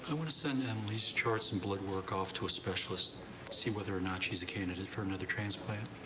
want to send emily's charts and blood work off to a specialist see whether or not she's a candidate for another transplant.